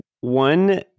One